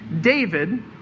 David